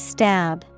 Stab